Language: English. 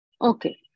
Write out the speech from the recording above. Okay